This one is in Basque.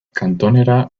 kantonera